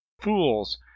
Fools